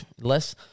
Less